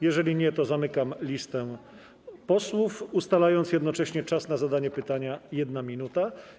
Jeżeli nie, to zamykam listę posłów, ustalając jednocześnie czas na zadanie pytania - 1 minuta.